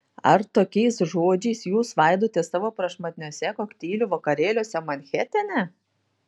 ar tokiais žodžiais jūs svaidotės savo prašmatniuose kokteilių vakarėliuose manhetene